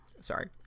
Sorry